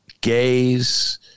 gays